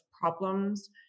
problems